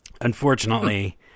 Unfortunately